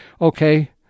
Okay